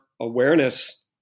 awareness